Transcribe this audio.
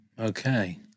Okay